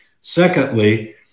Secondly